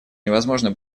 невозможно